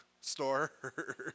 store